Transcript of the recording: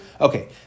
Okay